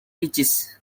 teaches